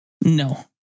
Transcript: No